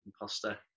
Imposter